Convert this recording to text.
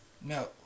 No